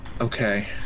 Okay